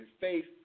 faith